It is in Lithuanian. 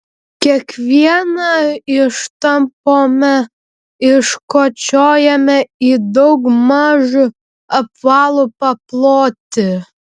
kiekvieną ištampome iškočiojame į daugmaž apvalų paplotį